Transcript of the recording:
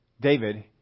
David